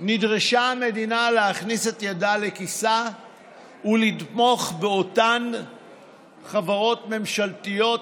נדרשה המדינה להכניס את ידה לכיסה ולתמוך באותן חברות ממשלתיות